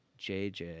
JJ